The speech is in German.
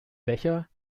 becher